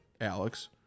alex